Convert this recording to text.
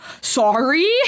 sorry